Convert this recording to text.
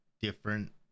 different